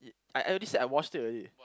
I already said I watched it already